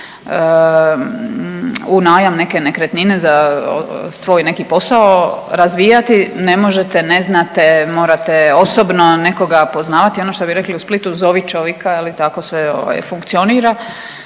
u najam neke nekretnine za svoj neki posao razvijati, ne možete, ne znate, morate osobno nekoga poznavati ono što bi rekli u Splitu zovi čovika tako sve funkcionira.